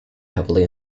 heavily